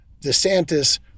DeSantis